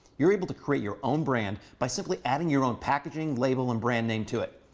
you're able to create your own brand by simply adding your own packaging, label, and brand name to it.